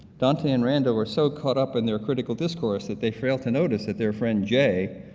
dante and randall were so caught up in their critical discourse that they fail to notice that their friend jay,